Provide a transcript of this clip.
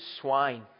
swine